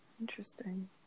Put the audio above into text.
interesting